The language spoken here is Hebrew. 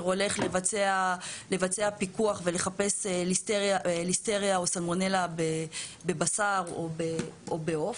הולך לבצע פיקוח ולחפש ליסטריה או סלמונלה בבשר או בעוף.